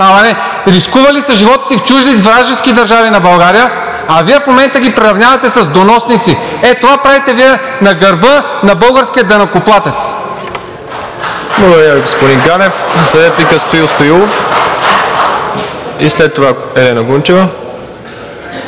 рискували са живота си в чужди, вражески държави на България, а Вие в момента ги приравнявате с доносници. Ето това правите Вие на гърба на българския данъкоплатец.